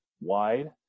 wide